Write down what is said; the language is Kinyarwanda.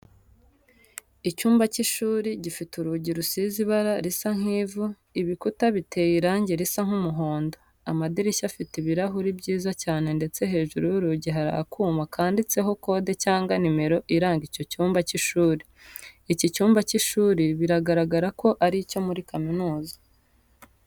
Icyumba cy'ishuri gifite urugi rusize ibara risa nk'ivu, ibikuta biteye irangi risa nk'umuhondo. Amadirishya afite ibirahuri byiza cyane ndetse hejuru y'urugi hari akuma kanditseho kode cyangwa nimero iranga icyo cyumba cy'ishuri. Iki cyumba cy'ishuri biragaragara ko ari icyo muri kaminuza.